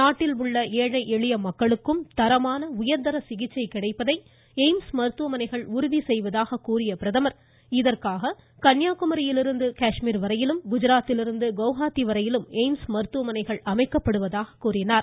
நாட்டில் உள்ள ஏழை எளிய மக்களுக்கும் தரமான உயர்தர சிகிச்சை கிடைப்பதை எய்ம்ஸ் மருத்துவமனைகள் உறுதி செய்வதாக கூறிய பிரதமர் இதற்காக கன்னியாக்குமரியிலிருந்து காஷ்மீர் வரையிலும் குஜராத்திலிருந்து கவுஹாத்திவரையிலும் எய்ம்ஸ் மருத்துவமனைகள் அமைக்கப்படுவதாக கூறினார்